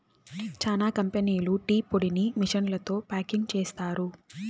చానా కంపెనీలు టీ పొడిని మిషన్లతో ప్యాకింగ్ చేస్తారు